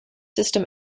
system